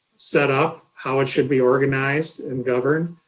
set up, how it should be organized and governed.